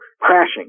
crashing